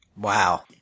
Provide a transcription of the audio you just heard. Wow